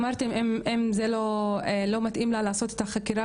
אתם אמרתם שאם לא מתאים לה לעשות את החקירה